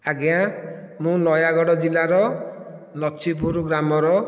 ଆଜ୍ଞା ମୁଁ ନୟାଗଡ଼ ଜିଲ୍ଲାର ନଛିପୁର ଗ୍ରାମର